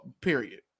period